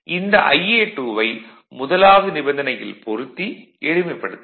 இந்த Ia2 வை முதலாவது நிபந்தனையில் பொருத்தி எளிமைப்படுத்துங்கள்